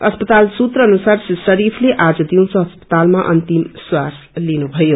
अस्पताल सूत्र अनुसार री शरीफले आज दिउँसो अस्पतालमा अन्तिम स्वाश लिनुभयो